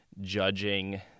judging